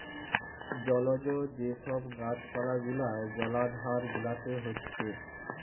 জলজ যে সব গাছ পালা গুলা জলাধার গুলাতে হচ্ছে